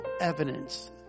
evidence